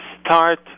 start